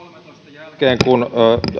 jälkeen kun